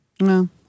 No